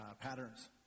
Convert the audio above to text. patterns